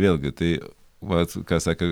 vėlgi tai vat ką sakė